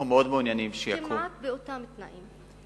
אנחנו מאוד מעוניינים שיקום, כמעט באותם תנאים.